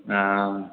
ओ